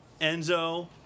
Enzo